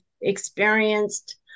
experienced